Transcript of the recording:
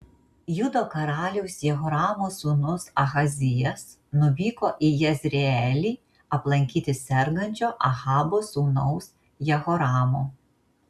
judo karaliaus jehoramo sūnus ahazijas nuvyko į jezreelį aplankyti sergančio ahabo sūnaus jehoramo